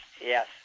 Yes